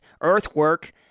earthwork